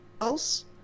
else